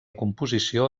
composició